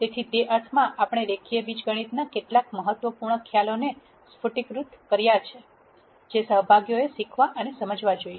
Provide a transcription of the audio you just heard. તેથી તે અર્થમાં આપણે રેખીય બીજગણિતના કેટલાક મહત્વપૂર્ણ ખ્યાલોને સ્ફટિકીકૃત કર્યા છે જે સહભાગીઓએ શીખવા અને સમજવા જોઈએ